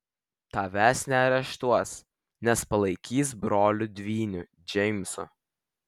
tavęs neareštuos nes palaikys broliu dvyniu džeimsu